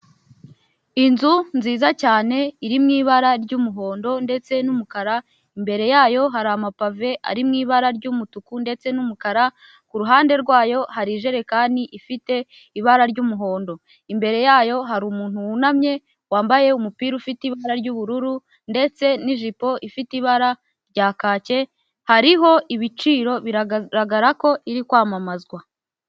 Inzu nziza cyane iri mu ibara ry'umuhondo ndetse n'umukara, imbere yayo hari amapave ari mu ibara ry'umutuku ndetse n'umukara, ku ruhande rwayo hari ijerekani ifite ibara ry'umuhondo. Imbere yayo hari umuntu wunamye wambaye umupira ufite ibara ry'ubururu ndetse n'ijipo ifite ibara rya kake, hariho ibiciro biragaragara ko iri kwamamazwa.